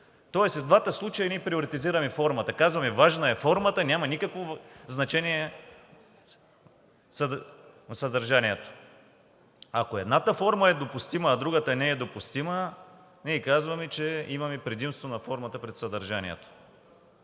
Тоест и в двата случая ние приоритизираме формата, казваме: важна е формата, няма никакво значение съдържанието. Ако едната форма е допустима, а другата не е, ние казваме, че имаме предимство на формата пред съдържанието.